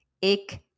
Ik